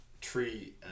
tree